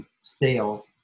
stale